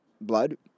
blood